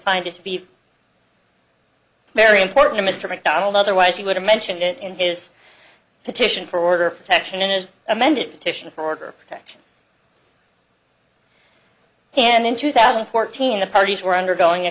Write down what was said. find it to be very important to mr macdonald otherwise he would have mentioned it in his petition for order of protection as amended titian for order to action and in two thousand and fourteen the parties were undergoing a